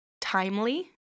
timely